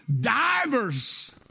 divers